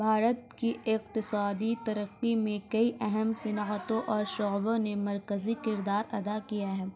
بھارت کی اقتصادی ترقی میں کئی اہم صنحتوں اور شعبوں نے مرکزی کردار ادا کیا ہے